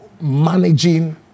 managing